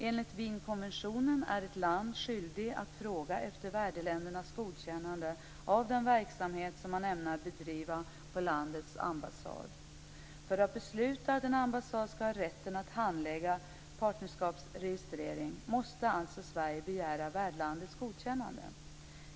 Enligt Wienkonventionen är ett land skyldigt att fråga efter värdländernas godkännande av den verksamhet som man ämnar bedriva på landets ambassader. För att besluta att en ambassad skall ha rätten att handlägga partnerskapsregistrering måste alltså Sverige begära värdlandets godkännande.